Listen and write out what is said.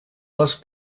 les